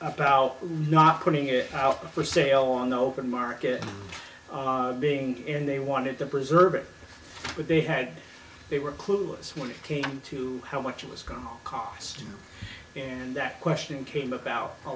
about not putting it out for sale on the open market being and they wanted to preserve it but they had they were clueless when it came to how much it was going to cost and that question came about a